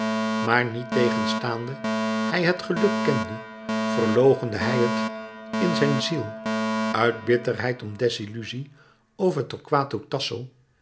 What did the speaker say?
maar niettegenstaande hij het geluk kende verloochende hij het in zijn ziel uit bitterheid om desiluzie over torquato tasso